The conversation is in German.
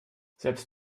selbst